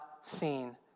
seen